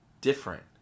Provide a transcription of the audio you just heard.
different